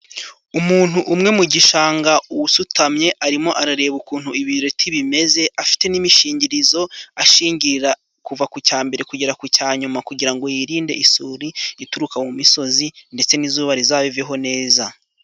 Umuntu umwe mu gishanga wusutamye arimo arareba ukuntu ibireti bimeze, afite n'imishingirizo ashingira kuva ku cya mbere kugera ku cya nyuma, kugirango ngo yirinde isuri ituruka mu misozi ndetse n'izuba rizabiveho neza.